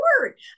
word